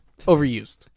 Overused